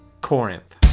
Corinth